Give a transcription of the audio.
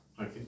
Okay